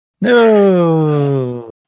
No